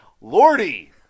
Lordy